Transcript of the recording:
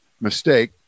mistake